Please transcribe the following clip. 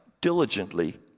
diligently